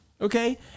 okay